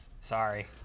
sorry